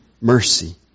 mercy